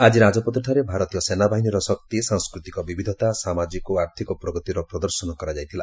ଆଜି ରାଜପଥଠାରେ ଭାରତୀୟ ସେନାବାହିନୀର ଶକ୍ତି ସାଂସ୍କୃତିକ ବିବିଧତା ସାମାଜିକ ଓ ଆର୍ଥକ ପ୍ରଗତିର ପ୍ରଦର୍ଶନ କରାଯାଇଥିଲା